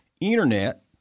internet